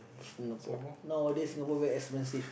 Singapore nowadays Singapore very expensive